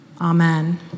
Amen